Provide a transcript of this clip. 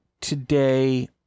today